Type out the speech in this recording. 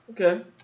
Okay